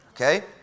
okay